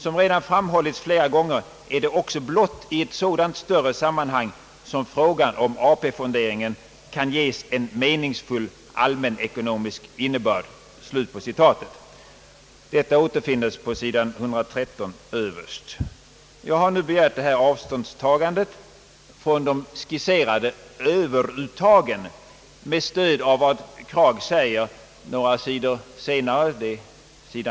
Som redan framhållits flera gånger är det också blott i ett sådant större sammanhang som frågan om AP-fonderingen kan ges en meningsfylld allmänekonomisk innebörd.» Detta uttalande återfinnes överst på sid. 113. Jag har nu begärt detta avståndstagande från de skisserade överuttagen med stöd av vad professor Kragh säger på sid.